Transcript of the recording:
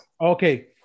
Okay